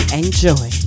enjoy